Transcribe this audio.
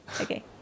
Okay